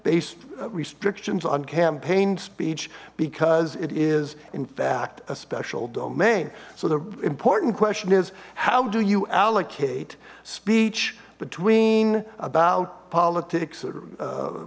based restrictions on campaign speech because it is in fact a special domain so the important question is how do you allocate speech between about politics or